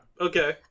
Okay